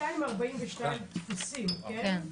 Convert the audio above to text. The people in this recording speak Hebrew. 242 טפסים, כן?